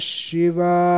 Shiva